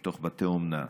לתוך בתי אומנה,